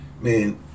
Man